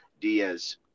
Diaz